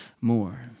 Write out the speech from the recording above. more